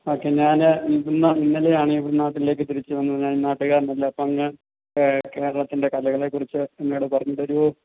okay ഞാന് ഇന്ന് ഇന്നലെ ആണേ ഈ നാട്ടിലേക്ക് തിരിച്ച് വന്നത് ഞാൻ ഈ നാട്ടുകാരൻ അല്ല അപ്പോള് ഒന്ന് കേരളത്തിന്റെ കലകളെക്കുറിച്ച് എന്നോട് പറഞ്ഞു തരുമോ